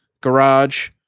garage